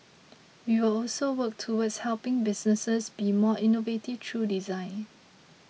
we will also work towards helping businesses be more innovative through design